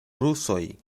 rusoj